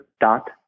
dot